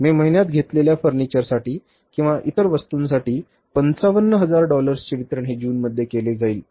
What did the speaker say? मे महिन्यात घेतलेल्या फर्निचरसाठी किंवा इतर वस्तूंसाठी 55000 डॉलर्सचे वितरण हे जूनमध्ये केले जाईल